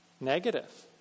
Negative